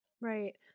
Right